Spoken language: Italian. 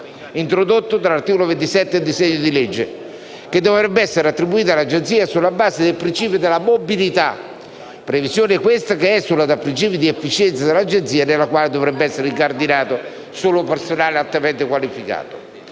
introdotto dall'articolo 27 del disegno di legge, che dovrebbe essere attribuito all'Agenzia sulla base del principio della mobilità, previsione questa che esula dal principio di efficienza dell'Agenzia nella quale dovrebbe essere incardinato solo personale altamente qualificato.